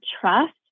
trust